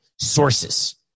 Sources